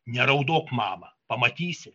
neraudok mama pamatysi